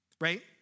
right